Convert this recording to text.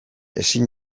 ezin